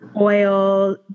oil